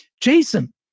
Jason